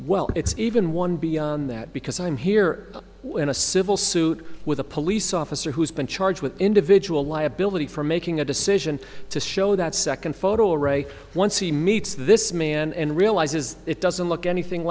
well it's even one beyond that because i'm here in a civil suit with a police officer who's been charged with individual liability for making a decision to show that second photo array once he meets this man and realizes it doesn't look anything